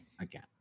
again